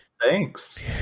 thanks